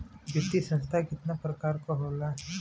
वित्तीय संस्था कितना प्रकार क होला?